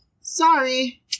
sorry